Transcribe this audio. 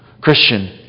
Christian